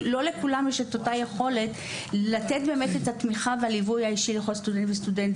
לא לכולם ישנה היכולת לתת את התמיכה והליווי לכל סטודנט וסטודנט.